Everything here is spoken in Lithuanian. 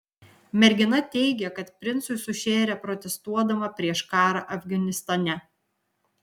mergina teigė kad princui sušėrė protestuodama prieš karą afganistane